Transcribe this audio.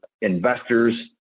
investors